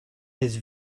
his